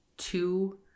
two